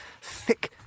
thick